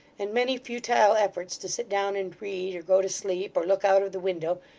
and many futile efforts to sit down and read, or go to sleep, or look out of the window,